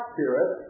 Spirit